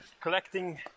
collecting